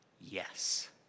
yes